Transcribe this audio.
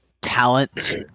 talent